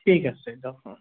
ঠিক আছে ৰাখোঁ